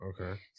Okay